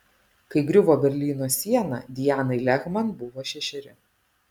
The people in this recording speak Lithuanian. kai griuvo berlyno siena dianai lehman buvo šešeri